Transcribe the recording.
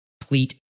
complete